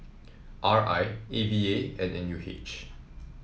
R I A V A and N U H